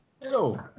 Hello